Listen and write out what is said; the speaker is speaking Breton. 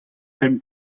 pemp